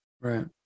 Right